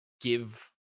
give